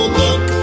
look